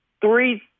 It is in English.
three